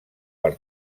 per